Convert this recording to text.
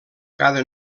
cada